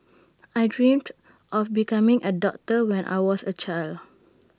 I dreamt of becoming A doctor when I was A child